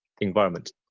environment